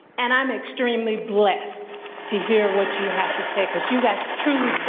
and i'm extremely blessed to hear what you have to say because you guys truly